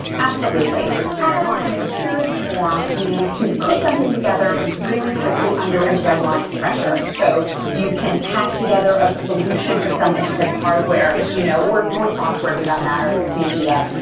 absolutely. hackathon on and its purest form means to put something together really quickly under a deadline pressure. so you can hack together a solution for something if it's hardware you know or or software for that matter, like media,